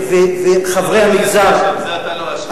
חברי המגזר, בזה אתה לא אשם.